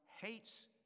hates